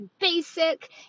basic